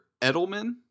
Edelman